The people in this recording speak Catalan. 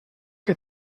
que